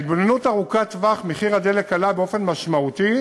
בהתבוננות ארוכת-טווח מחיר הדלק עלה באופן משמעותי